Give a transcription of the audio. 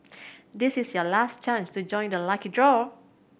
this is your last chance to join the lucky draw